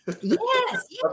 Yes